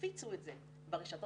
הפיצו את זה ברשתות